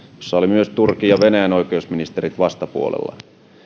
olivat myös turkin ja venäjän oikeusministerit vastapuolella